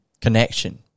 connection